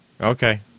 Okay